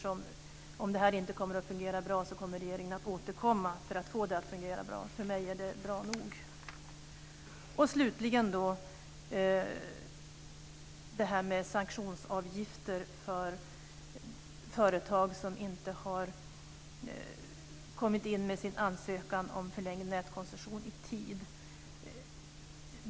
Om detta inte fungerar bra kommer regeringen att återkomma för att få det att fungera bra. För mig är det bra nog. Slutligen har vi detta med sanktionsavgifter för företag som inte har kommit in med sin ansökning om förlängd nätkoncession i tid.